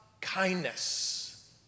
kindness